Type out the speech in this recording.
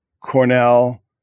Cornell